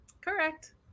Correct